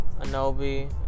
Anobi